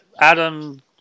Adam